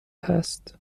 هست